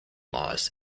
laws